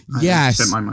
yes